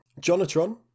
Jonatron